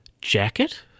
jacket